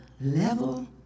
level